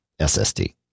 SSD